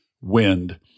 wind